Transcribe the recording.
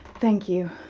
thank you.